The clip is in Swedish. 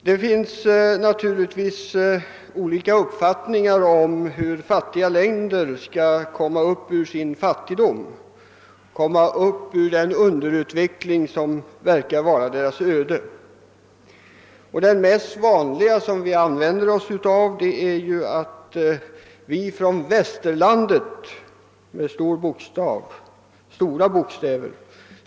Det finns naturligtvis olika uppfattningar om hur fattiga länder skall komma ur sin fattigdom och den underutveckling som verkar vara deras öde. Den vanligaste uppfattningen är att vi från västerlandet — med stora bokstäver!